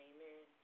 Amen